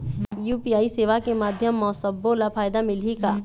UPI सेवा के माध्यम म सब्बो ला फायदा मिलही का?